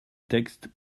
texte